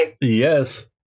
Yes